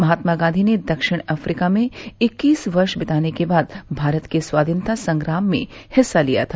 महात्मा गांधी ने दक्षिण अफ्रीका में इक्कीस वर्ष दिताने के बाद भारत के स्वाधीनता संग्राम में हिस्सा लिया था